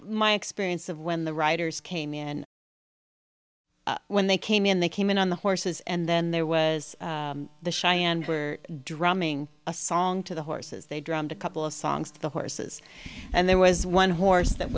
my experience of when the writers came in when they came in they came in on the horses and then there was the shy and were drumming a song to the horses they drummed a couple of songs to the horses and there was one horse that